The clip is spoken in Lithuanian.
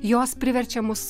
jos priverčia mus